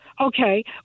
Okay